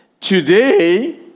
today